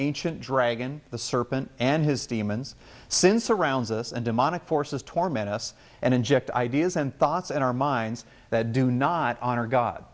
ancient dragon the serpent and his demons since surrounds us and demonic forces torment us and inject ideas and thoughts in our minds that do not honor god